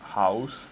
house